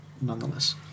Nonetheless